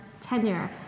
tenure